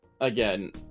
again